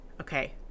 Okay